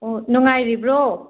ꯑꯣ ꯅꯨꯡꯉꯥꯏꯔꯤꯕ꯭ꯔꯣ